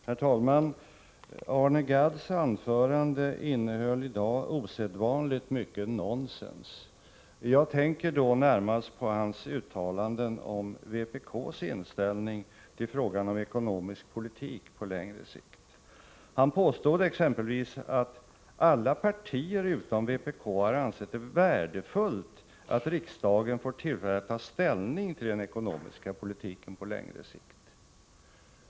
Herr talman! Arne Gadds anförande innehöll en del nonsens. Han påstod att alla partier utom vpk har ansett det värdefullt att riksdagen får tillfälle att ta ställning till den ekonomiska politiken på längre sikt.